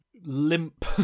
limp